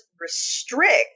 restrict